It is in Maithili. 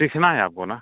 सीखना है आपको ना